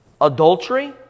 adultery